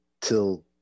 till